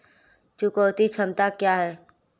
चुकौती क्षमता क्या है?